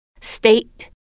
state